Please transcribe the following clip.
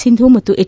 ಸಿಂಧು ಮತ್ತು ಎಚ್